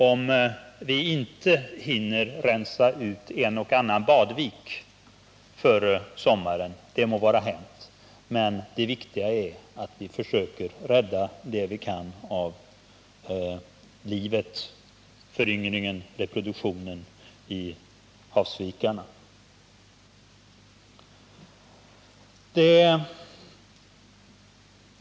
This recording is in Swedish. Om vi inte hinner rensa en och annan badvik före sommaren må vara hänt, det viktigaste är att vi försöker rädda så mycket som möjligt av livet, föryngringen och reproduktionen i havsvikarna.